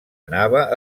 anava